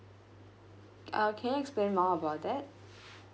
uh can you explain more about that